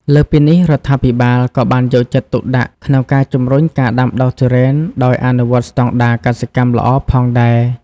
លើសពីនេះ រដ្ឋាភិបាលក៏បានយកចិត្តទុកដាក់ក្នុងការជំរុញការដាំដុះទុរេនដោយអនុវត្តស្តង់ដារកសិកម្មល្អ ផងដែរ។